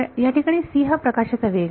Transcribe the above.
या ठिकाणी c हा प्रकाशाचा वेग आहे